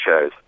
shows